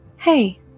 Hey